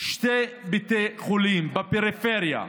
שני בתי חולים בפריפריה.